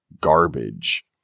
garbage